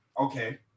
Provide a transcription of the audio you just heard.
Okay